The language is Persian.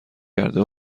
کرده